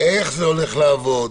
איך זה הולך לעבוד?